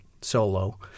Solo